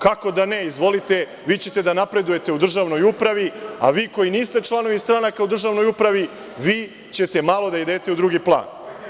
Kako da ne, izvolite, vi ćete da napredujete u državnoj upravi, a vi koji niste članovi stranaka u državnoj upravi, vi ćete malo da idete u drugi plan.